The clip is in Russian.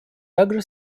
также